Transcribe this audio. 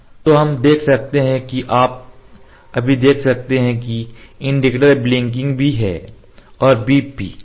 तो हम देख सकते हैं कि आप अभी देख सकते हैं कि इंडिकेटर ब्लिंकिंग भी है और बीप भी